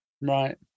Right